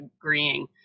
agreeing